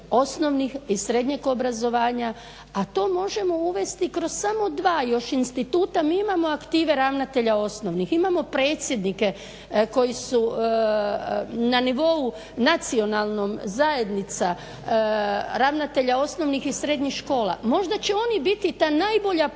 osnovnih i srednjeg obrazovanja, a to možemo uvesti kroz samo dva još instituta. Mi imamo aktive ravnatelja osnovnih, imamo predsjednike koji su na nivou nacionalnom, zajednica ravnatelja osnovnih i srednjih škola. Možda će oni biti ta najbolja poveznica